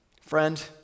Friend